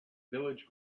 village